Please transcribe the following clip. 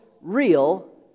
real